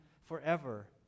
forever